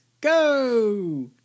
go